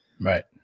Right